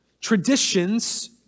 Traditions